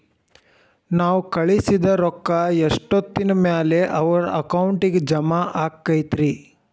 ನಾವು ಕಳಿಸಿದ್ ರೊಕ್ಕ ಎಷ್ಟೋತ್ತಿನ ಮ್ಯಾಲೆ ಅವರ ಅಕೌಂಟಗ್ ಜಮಾ ಆಕ್ಕೈತ್ರಿ?